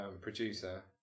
producer